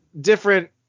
different